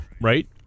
right